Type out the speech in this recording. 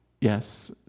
yes